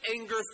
anger